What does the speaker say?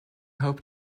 hope